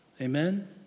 Amen